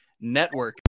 Network